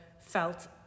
felt